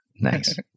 Nice